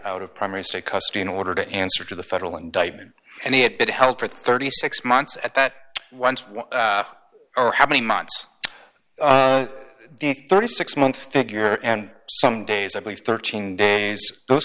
out of primary state custody in order to answer to the federal indictment and he had been held for thirty six months at that once one how many months thirty six months figure and some days i believe thirteen days those